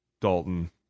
Dalton